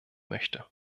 möchte